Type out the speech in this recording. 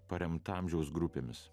paremta amžiaus grupėmis